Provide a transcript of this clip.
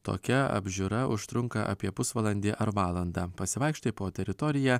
tokia apžiūra užtrunka apie pusvalandį ar valandą pasivaikštai po teritoriją